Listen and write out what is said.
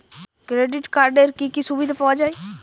Credit কার্ডের কি কি সুবিধা পাওয়া যায়?